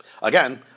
Again